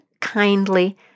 kindly